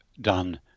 done